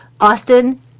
austin